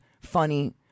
Funny